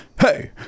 Hey